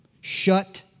Shut